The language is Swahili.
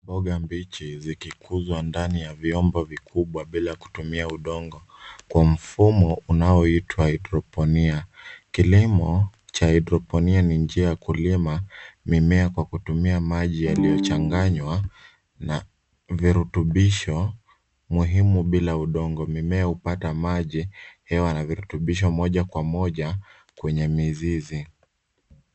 Mboga mbichi zikikuzwa ndani ya vyombo vikubwa bila kutumia udongo kwa mfumo unaoitwa haidroponi. Kilimo cha haidroponi ni njia ya kulima mimea kwa kutumia maji yaliyochanganywa na virutubisho muhimu bila udongo. Mimea hupata maji, hewa na virutubisho moja kwa moja kwenye mizizi.